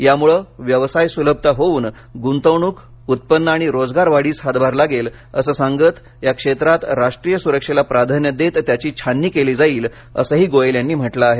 यामुळे व्यवसाय सुलभता होवून गुंतवणूक उत्पन्न आणि रोजगार वाढीस हातभार लागेल असं सांगत या क्षेत्रात राष्ट्रीय सुरक्षेला प्राधान्य देत त्याची छाननी केली जाईल असं गोयल यांनी म्हटलं आहे